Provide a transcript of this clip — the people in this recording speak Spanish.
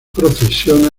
procesiona